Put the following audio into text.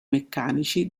meccanici